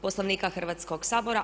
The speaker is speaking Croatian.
Poslovnika Hrvatskog sabora.